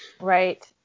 Right